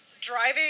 driving